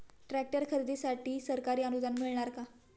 Tractor खरेदीसाठी सरकारी अनुदान मिळणार का?